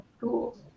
cool